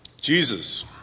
Jesus